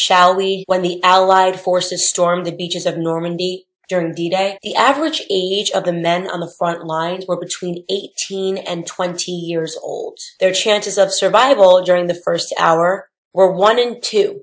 we when the allied forces stormed the beaches of normandy during the day the average age of the men on the front lines were between eighteen and twenty years old their chances of survival during the first hour were